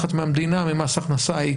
לקחת מהמדינה, ממס הכנסה.